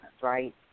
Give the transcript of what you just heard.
right